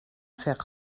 faire